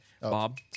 bob